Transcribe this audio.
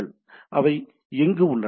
அவை அவை அங்கு உள்ளன